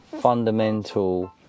fundamental